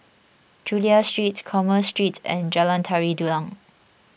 Chulia Street Commerce Street and Jalan Tari Dulang